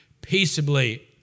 peaceably